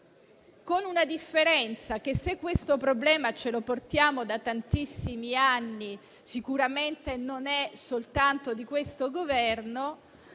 però una differenza: se questo problema ce lo portiamo da tantissimi anni e sicuramente non è soltanto di questo Governo,